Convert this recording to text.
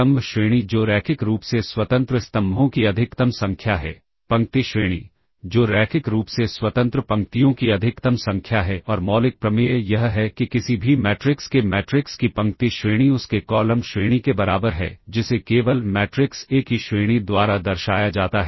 स्तंभ श्रेणी जो रैखिक रूप से स्वतंत्र स्तंभों की अधिकतम संख्या है पंक्ति श्रेणी जो रैखिक रूप से स्वतंत्र पंक्तियों की अधिकतम संख्या है और मौलिक प्रमेय यह है कि किसी भी मैट्रिक्स के मैट्रिक्स की पंक्ति श्रेणी उसके कॉलम श्रेणी के बराबर है जिसे केवल मैट्रिक्स ए की श्रेणी द्वारा दर्शाया जाता है